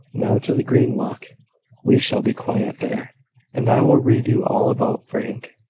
now, to the green walk we shall be quiet there and i will read you all about frank.